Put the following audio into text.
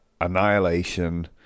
Annihilation